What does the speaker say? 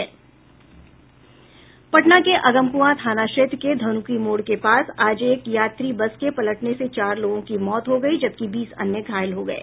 पटना के अगमक्आं थाना क्षेत्र के धन्की मोड़ के पास आज एक यात्री बस के पलटने से चार लोगों की मौत हो गयी जबकि बीस अन्य घायल हो गये